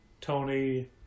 Tony